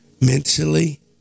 mentally